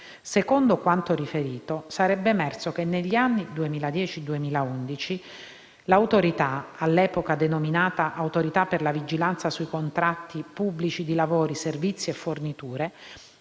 Secondo quanto riferito, sarebbe emerso che negli anni 2010-2011, l’Autorità (all’epoca denominata Autorità per la vigilanza sui contratti pubblici di lavori, servizi e forniture)